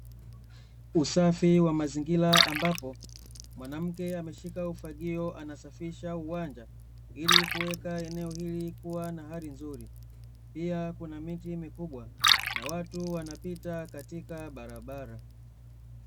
Usafi wa mazingira, ambapo mwanamke ameshika ufagio anasafisha uwanja ili kuweka eneo hili kuwa na hali nzuri, pia kuna miti mikubwa na watu wanapita katika barabara.